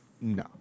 No